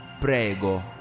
Prego